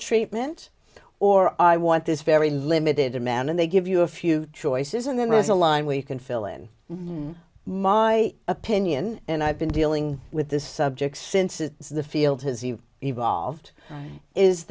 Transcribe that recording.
treatment or i want this very limited demand and they give you a few choices and then there's a line where you can fill in my opinion and i've been dealing with this subject since it is the field has evolved